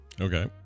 Okay